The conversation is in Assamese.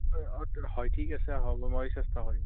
হয় ঠিক আছে হ'ব মই চেষ্টা কৰিম